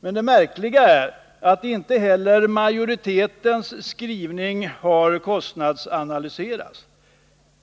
Men det märkliga är att inte heller majoritetens skrivning har kostnadsanalyserats.